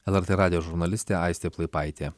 lrt radijo žurnalistė aistė plaipaitė